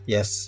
Yes